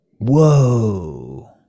whoa